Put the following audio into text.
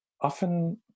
often